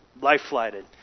life-flighted